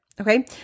Okay